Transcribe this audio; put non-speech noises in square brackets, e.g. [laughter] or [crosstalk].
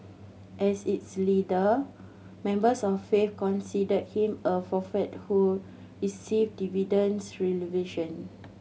[noise] as its leader members of faith considered him a prophet who received [unintelligible]